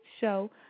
show